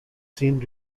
seen